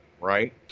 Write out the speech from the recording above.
right